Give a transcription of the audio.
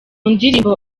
ndirimbo